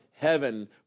heaven